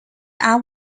are